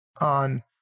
on